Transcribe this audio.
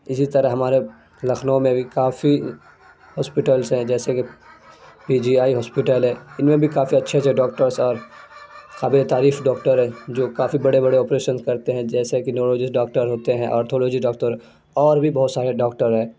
اسی طرح ہمارے لکھنؤ میں بھی کافی ہاسپیٹلس ہیں جیسے کہ پی جی آئی پاسپیٹل ہے ان میں بھی کافی اچھے اچھے ڈاکٹرس اور قابل تعریف ڈاکٹر ہے جو کافی بڑے بڑے آپریشن کرتے ہیں جیسے کہ نیورولوجسٹ ڈاکٹر ہوتے ہیں آرتھولوجی ڈاکٹر اور بھی بہت سارے ڈاکٹر ہیں